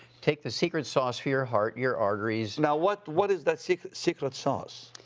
take the secret sauce for your heart, your arteries. now, what what is that secret secret sauce?